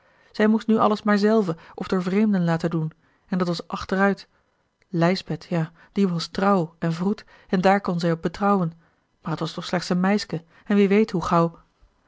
zij moest nu alles maar zelve of door vreemden laten doen en dat was achteruit lijsbeth ja die was trouw en vroed en daar kon zij op betrouwen maar het was toch slechts een meiske en wie weet hoe gauw